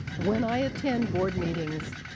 when i attend board meetings,